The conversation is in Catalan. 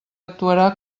actuarà